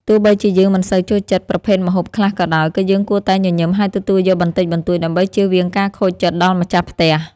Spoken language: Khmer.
ទោះបីជាយើងមិនសូវចូលចិត្តប្រភេទម្ហូបខ្លះក៏ដោយ ក៏យើងគួរតែញញឹមហើយទទួលយកបន្តិចបន្តួចដើម្បីជៀសវាងការខូចចិត្តដល់ម្ចាស់ផ្ទះ។